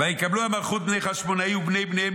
"יקבלו המלכות בני חשמונאי ובני בניהם